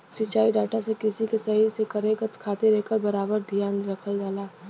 सिंचाई डाटा से कृषि के सही से करे क खातिर एकर बराबर धियान रखल जाला